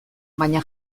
baina